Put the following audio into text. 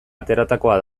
ateratakoa